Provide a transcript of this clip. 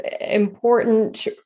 important